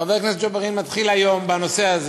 חבר הכנסת ג'בארין מתחיל היום בנושא הזה.